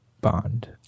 Bond